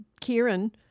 Kieran